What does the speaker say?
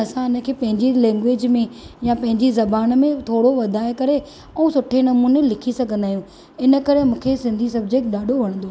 असां हिन खे पंहिंजी लैंग्वेज में या पंहिंजी ज़बान में थोरो वधाए करे ऐं सुठे नमूने लिखी सघंदा आहियूं इन करे मूंखे सिंधी सब्जैक्ट ॾाढो वणंदो आहे